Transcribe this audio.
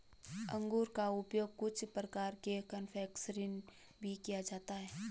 अंगूर का उपयोग कुछ प्रकार के कन्फेक्शनरी में भी किया जाता है